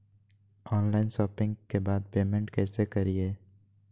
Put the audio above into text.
Online शोपिंग्बा के बाद पेमेंटबा कैसे करीय?